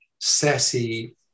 sassy